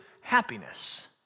happiness